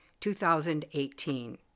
2018